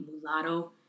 mulatto